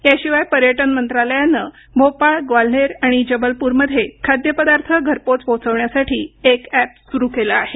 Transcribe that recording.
या शिवाय पर्यटन मंत्रालयानं भोपाळ ग्वाल्हेर आणि जबलपूरमध्ये खाद्यपदार्थ घरपोच पोहोचवण्यासाठी एक अॅप सुरु केलं आहे